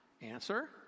Answer